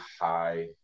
high